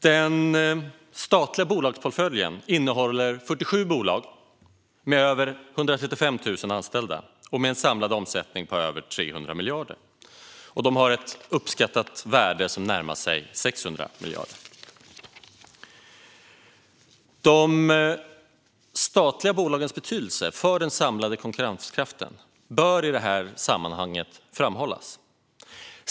Den statliga portföljen innehåller 47 bolag med över 135 000 anställda och med en samlad omsättning på över 300 miljarder. De har ett uppskattat värde som närmar sig 600 miljarder. De statliga bolagens betydelse för den samlade konkurrenskraften bör i detta sammanhang framhållas.